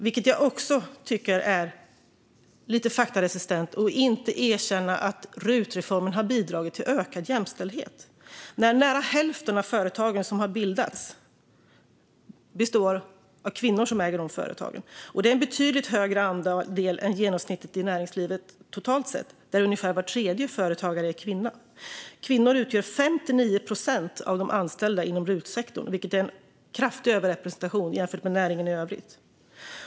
Jag tycker också att det är lite faktaresistent att inte erkänna att RUT-reformen har bidragit till ökad jämställdhet när det är kvinnor som äger nästan hälften av de företag som har bildats. Det är en betydligt större andel än genomsnittet i näringslivet totalt sett, där ungefär var tredje företagare är kvinna. Kvinnor utgör 59 procent av de anställda inom RUT-sektorn, vilket är en kraftig överrepresentation jämfört med näringen i övrigt.